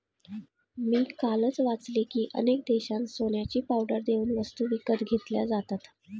मी कालच वाचले की, अनेक देशांत सोन्याची पावडर देऊन वस्तू विकत घेतल्या जातात